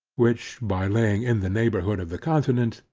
which, by laying in the neighbourhood of the continent,